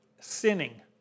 sinning